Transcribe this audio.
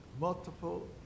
multiple